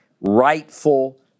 rightful